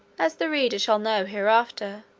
as the reader shall know hereafter,